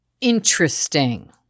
Interesting